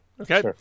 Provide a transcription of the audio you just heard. okay